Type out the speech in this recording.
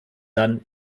dann